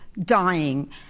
dying